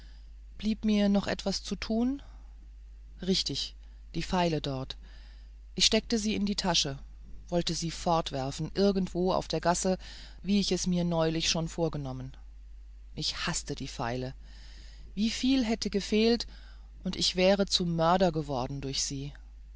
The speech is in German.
blieb mir noch etwas zu tun richtig die feile dort ich steckte sie in die tasche wollte sie fortwerfen irgendwo auf der gasse wie ich es mir neulich schon vorgenommen ich haßte die feile wieviel hatte gefehlt und ich wäre zum mörder geworden durch sie